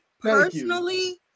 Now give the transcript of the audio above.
personally